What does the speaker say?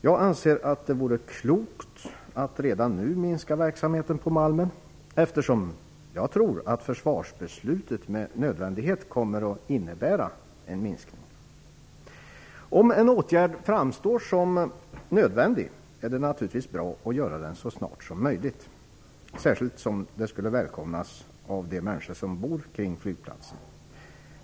Jag anser att det vore klokt att redan nu minska verksamheten på Malmen eftersom jag tror att försvarsbeslutet med nödvändighet kommer att innebära en minskning. Om en åtgärd framstår som nödvändig är det naturligtvis bra att göra den så snart som möjligt. Särskilt som den skulle välkomnas av de människor som bor kring flygplatsen.